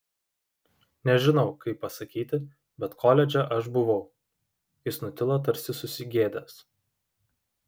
nežinau kaip pasakyti bet koledže aš buvau jis nutilo tarsi susigėdęs